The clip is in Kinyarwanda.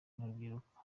n’urubyiruko